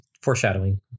foreshadowing